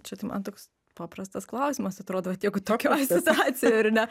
čia tai man toks paprastas klausimas atrodo vat jeigu tokioj situacijoj ar ne